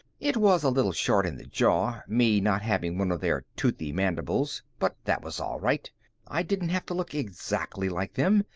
it was a little short in the jaw, me not having one of their toothy mandibles, but that was all right i didn't have to look exactly like them,